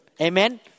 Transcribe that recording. Amen